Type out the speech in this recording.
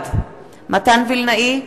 בעד מתן וילנאי,